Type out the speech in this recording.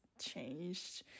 changed